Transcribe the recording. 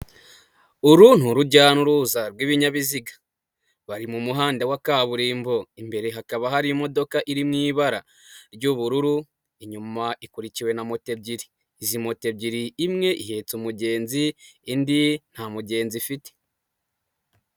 uru ni urujya n'uruza rw'ibinyabiziga, bari mu muhanda wa kaburimbo, imbere hakaba hari imodoka iri mu ibara ry'ubururu, inyuma ikurikiwe na moto ebyiri, izi moto ebyiri imwe ihetse umugenzi indi nta mugenzi ifite.